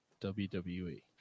WWE